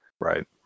Right